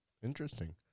Interesting